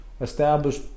establish